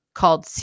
called